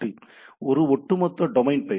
எனவே இது ஒட்டுமொத்த டொமைன் பெயர்